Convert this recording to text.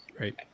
Right